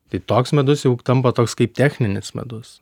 tai toks medus jau tampa toks kaip techninis medus